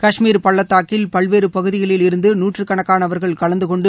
கஷ்மீர் பள்ளத்தாக்கில் பல்வேறு பகுதிகளில் இருந்து நூற்றுக்கணக்கானவர்கள் கலந்து கொண்டு